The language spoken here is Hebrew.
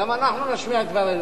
גם אנחנו נשמיע את דברינו.